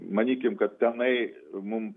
manykim kad tenai mum